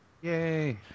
Yay